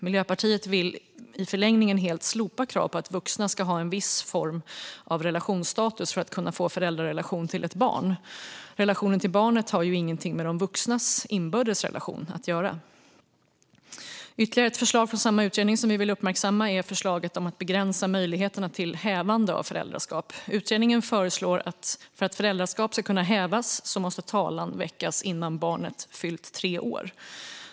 Miljöpartiet vill i förlängningen helt slopa kravet på att vuxna ska ha en viss form av relationsstatus för att kunna få föräldrarelation till ett barn. Relationen till barnet har ju ingenting med de vuxnas inbördes relation att göra. Ytterligare ett förslag från samma utredning som vi vill uppmärksamma är förslaget om att begränsa möjligheterna till hävande av föräldraskap. Utredningen föreslår att talan måste väckas innan barnet fyllt tre år för att ett föräldraskap ska kunna hävas.